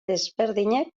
desberdinak